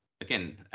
again